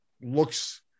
looks